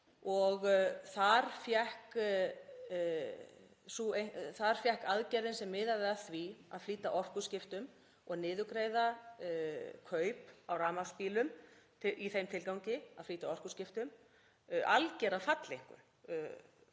Þar fékk aðgerðin sem miðaði að því að flýta orkuskiptum og niðurgreiða kaup á rafmagnsbílum í þeim tilgangi að flýta orkuskiptum algera falleinkunn.